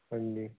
ਹਾਂਜੀ